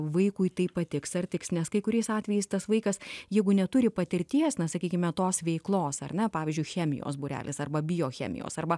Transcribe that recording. vaikui tai patiks ar tiks nes kai kuriais atvejais tas vaikas jeigu neturi patirties na sakykime tos veiklos ar ne pavyzdžiui chemijos būrelis arba biochemijos arba